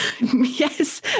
Yes